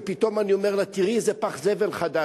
ופתאום אני אומר לה: תראי איזה פח זבל חדש.